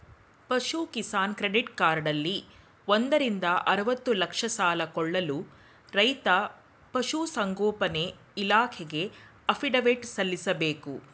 ಪಶು ಕಿಸಾನ್ ಕ್ರೆಡಿಟ್ ಕಾರ್ಡಲ್ಲಿ ಒಂದರಿಂದ ಅರ್ವತ್ತು ಲಕ್ಷ ಸಾಲ ಕೊಳ್ಳಲು ರೈತ ಪಶುಸಂಗೋಪನೆ ಇಲಾಖೆಗೆ ಅಫಿಡವಿಟ್ ಸಲ್ಲಿಸ್ಬೇಕು